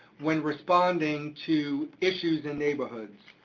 when responding to issues in neighborhoods.